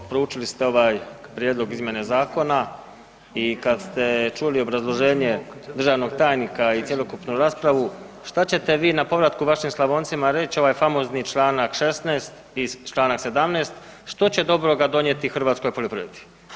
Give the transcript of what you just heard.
Evo, proučili ste ovaj prijedlog izmjene zakona i kad ste čuli obrazloženje državnog tajnika i cjelokupnu raspravu, što ćete vi na povratku vašim Slavoncima reći, ovaj famozni čl. 16 i čl. 17, što će dobroga donijeti hrvatskoj poljoprivredi?